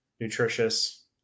nutritious